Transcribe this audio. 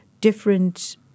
different